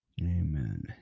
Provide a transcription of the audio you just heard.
amen